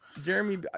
Jeremy